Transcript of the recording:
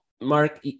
Mark